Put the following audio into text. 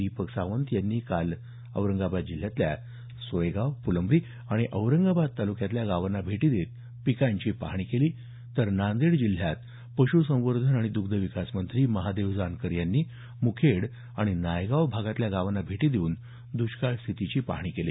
दीपक सावंत यांनी काल औरंगाबाद जिल्ह्यातील सोयगाव फुलंब्री आणि औरंगाबाद तालुक्यातल्या गावांना भेटी देत पिकांची पाहणी केली तर नांदेड जिल्ह्यात पशुसंवर्धन आणि द्ग्धविकास मंत्री महादेव जानकर यांनी मुखेड आणि नायगाव भागातल्या गावांना भेटी देऊन द्ष्काळ स्थितीची पाहणी केली